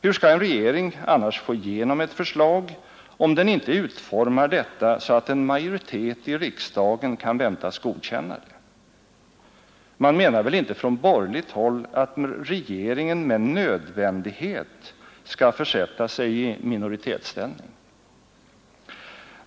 Hur skall en regering få igenom ett förslag, om den icke utformar detta så att en majoritet i riksdagen kan väntas godkänna det? Man menar väl inte på borgerligt håll att regeringen med nödvändighet skall försätta sig i minoritetsställning?